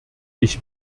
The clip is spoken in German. ich